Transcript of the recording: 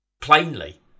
plainly